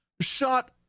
shot